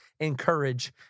encourage